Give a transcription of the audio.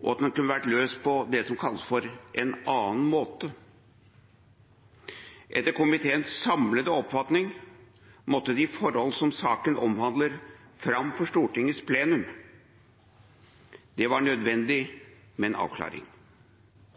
og at den kunne vært løst på det som kalles for en annen måte. Etter komiteens samlede oppfatning måtte de forhold som saken omhandler, fram for Stortingets plenum. Det var nødvendig med en avklaring.